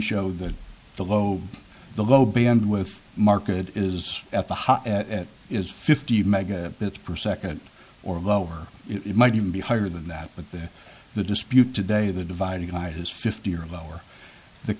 show that the low the low b end with market is at the at is fifty megabits per second or lower it might even be higher than that but that the dispute today the dividing his fifty or lower the